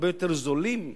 הרבה יותר זולים,